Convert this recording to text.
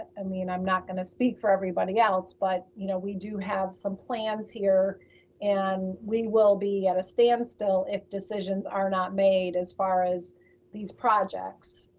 i mean, i'm not gonna speak for everybody else, but you know, we do have some plans here and we will be at a standstill if decisions are not made, as far as these projects.